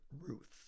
Ruth